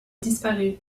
disparu